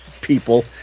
people